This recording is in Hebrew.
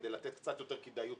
כדי לתת ליזמים קצת יותר כדאיות,